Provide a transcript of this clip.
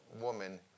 woman